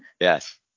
Yes